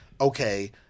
Okay